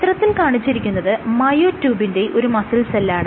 ചിത്രത്തിൽ കാണിച്ചിരിക്കുന്നത് മയോ ട്യൂബിന്റെ ഒരു മസിൽ സെല്ലാണ്